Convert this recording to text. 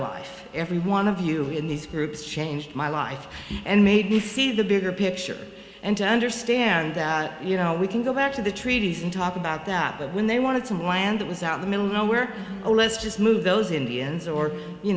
life every one of you in these groups changed my life and made me see the bigger picture and to understand you know we can go back to the treaties and talk about that when they wanted to know why and it was out in the middle of nowhere let's just move those indians or you